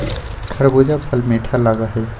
खरबूजा फल मीठा लगा हई